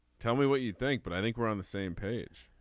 tell me what you think. but i think we're on the same page.